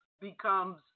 becomes